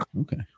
okay